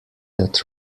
that